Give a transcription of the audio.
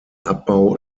abbau